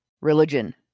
religion